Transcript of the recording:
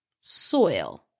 soil